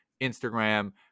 Instagram